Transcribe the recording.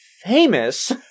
famous